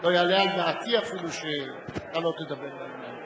לא יעלה על דעתי אפילו שאתה לא תדבר לעניין.